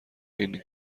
اینه